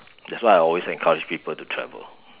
that's why I always encourage people to travel